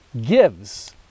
gives